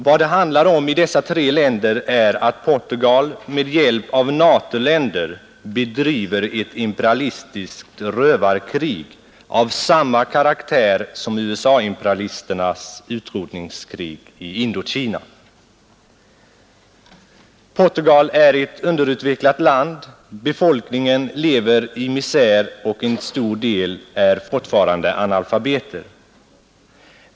Vad det handlar om i dessa tre länder är att Portugal med hjälp av NATO-länder bedriver ett imperialistiskt rövarkrig av samma karaktär som USA-imperialisternas utrotningskrig i Indokina. Portugal är ett underutvecklat land, befolkningen lever i misär, och en stor del är fortfarande analfabeter.